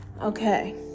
okay